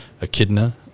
echidna